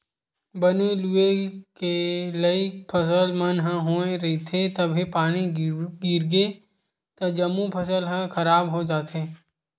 बने लूए के लइक फसल मन ह होए रहिथे तभे पानी गिरगे त जम्मो फसल ह खराब हो जाथे